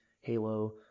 Halo